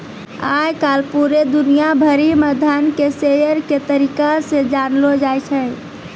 आय काल पूरे दुनिया भरि म धन के शेयर के तरीका से जानलौ जाय छै